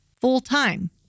full-time